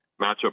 matchup